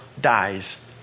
dies